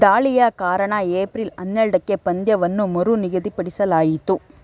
ದಾಳಿಯ ಕಾರಣ ಏಪ್ರಿಲ್ ಹನ್ನೆರಡಕ್ಕೆ ಪಂದ್ಯವನ್ನು ಮರುನಿಗದಿಪಡಿಸಲಾಯಿತು